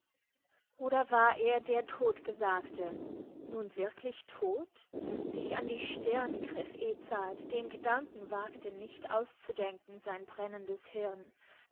oder war er der todtgesagte nun wirklich todt sich an die stirn griff edzard den gedanken wagte nicht auszudenken sein brennendes hirn